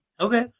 Okay